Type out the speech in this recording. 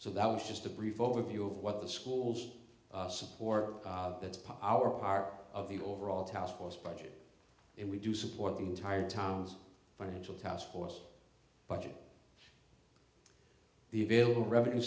so that was just a brief overview of what the schools support its power are of the overall task force budget and we do support the entire towns financial taskforce budget the available revenue